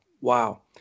wow